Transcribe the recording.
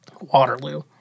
Waterloo